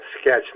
sketch